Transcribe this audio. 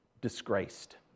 disgraced